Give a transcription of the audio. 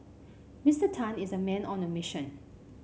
Mister Tan is a man on a mission